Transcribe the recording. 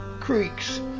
Creeks